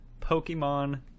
Pokemon